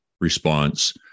response